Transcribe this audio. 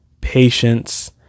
patience